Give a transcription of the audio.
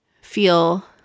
feel